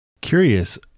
Curious